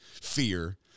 fear